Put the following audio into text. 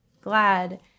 glad